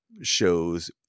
shows